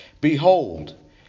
Behold